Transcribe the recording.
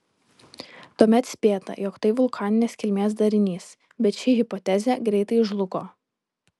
tuomet spėta jog tai vulkaninės kilmės darinys bet ir ši hipotezė greitai žlugo